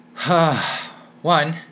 One